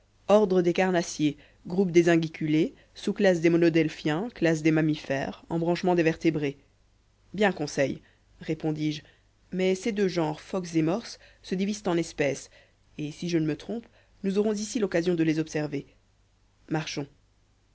ordre des carnassiers groupe des unguiculés sous classe des monodelphiens classe des mammifères embranchement des vertébrés bien conseil répondis-je mais ces deux genres phoques et morses se divisent en espèces et si je ne me trompe nous aurons ici l'occasion de les observer marchons